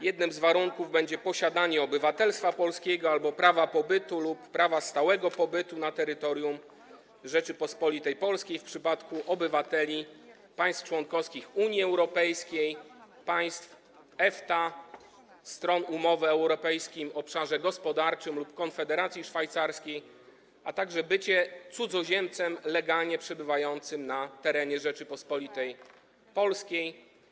Jednym z warunków będzie posiadanie obywatelstwa polskiego albo prawa pobytu lub prawa stałego pobytu na terytorium Rzeczypospolitej Polskiej w przypadku obywateli państw członkowskich Unii Europejskiej, państw EFTA - stron umowy o Europejskim Obszarze Gospodarczym lub Konfederacji Szwajcarskiej, a także bycie cudzoziemcem legalnie przebywającym na terenie Rzeczypospolitej Polskiej.